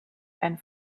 and